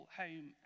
home